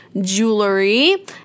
jewelry